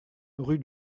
rue